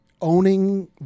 owning